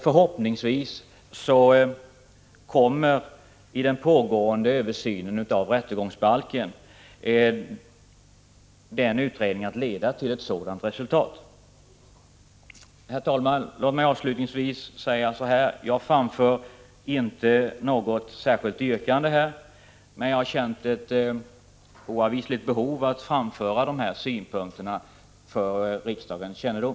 Förhoppningsvis kommer den pågående översynen av rättegångsbalken att leda till ett sådant resultat. Herr talman! Jag har inte något särskilt yrkande, men jag har känt ett oavvisligt behov av att framföra dessa synpunkter för kammarens kännedom.